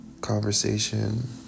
conversation